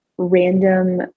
random